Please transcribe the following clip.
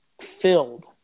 filled